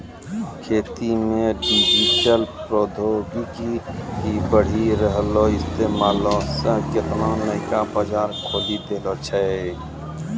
खेती मे डिजिटल प्रौद्योगिकी के बढ़ि रहलो इस्तेमालो से केतना नयका बजार खोलि देने छै